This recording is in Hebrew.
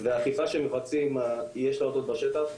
והאכיפה שמבצעים יש לה אותות בשטח,